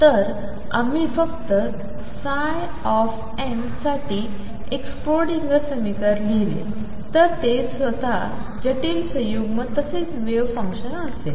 तर आम्ही फक्त ψ m साठी एक स्क्रोडिंगर समीकरण लिहिले तर ते स्वतः जटिल संयुग्म तसेच वेव्ह फंक्शन असेल